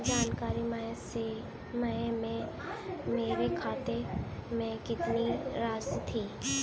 जनवरी माह में मेरे खाते में कितनी राशि थी?